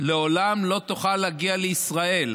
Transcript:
לעולם לא תוכל להגיע לישראל.